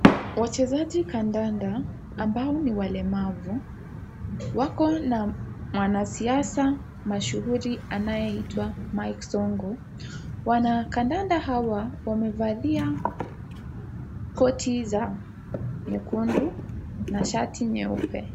Wachezaji kandanda ambao ni walemavu wako na mwanasiasa mashuhuri anayeitwa Mike Sonko. Wanakandanda hawa wamevalia koti za nyekundu na shati nyeupe.